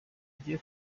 ugiye